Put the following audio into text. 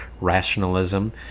Rationalism